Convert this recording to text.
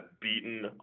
beaten